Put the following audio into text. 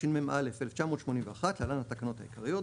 התשמ"א - 1981 (להלן - התקנות העיקריות),